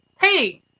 Hey